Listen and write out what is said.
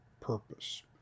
purpose